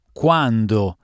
quando